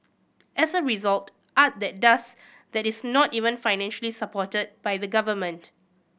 as a result art that does that is not even financially supported by the government